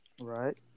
Right